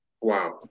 Wow